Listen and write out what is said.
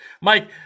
Mike